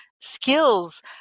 skills